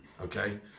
okay